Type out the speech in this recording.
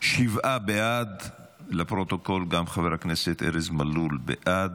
שבעה בעד, לפרוטוקול, גם חבר הכנסת ארז מלול בעד.